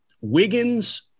Wiggins